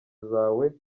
zawe